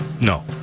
No